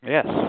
Yes